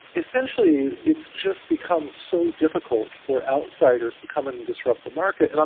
essentially it's just become so difficult for outsiders to come and disrupt the market. and um